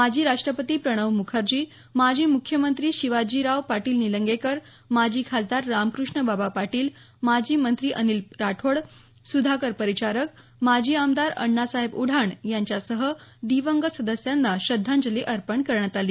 माजी राष्ट्रपती प्रणव म्खर्जी माजी मुख्यमंत्री शिवाजीराव पाटील निलंगेकर माजी खासदार रामक्रष्णबाबा पाटील माजी मंत्री अनिल राठोड सुधाकर परिचारक माजी आमदार अण्णासाहेब उढाण यांच्यासह दिवंगत सदस्यांना श्रद्धांजली अर्पण करण्यात आली